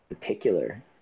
particular